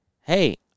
hey